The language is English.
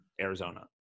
arizona